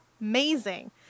amazing